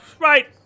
Right